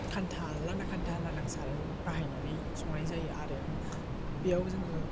खान्टा लान्दा खान्दा लान्दां बाहायनानै संनाय जायो आरो बेयाव जोङो